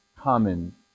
common